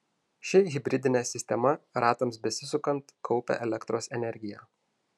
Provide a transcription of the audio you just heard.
ši hibridinė sistema ratams besisukant kaupia elektros energiją